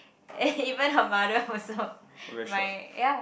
eh even her mother also my ya